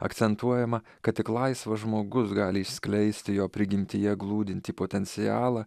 akcentuojama kad tik laisvas žmogus gali išskleisti jo prigimtyje glūdintį potencialą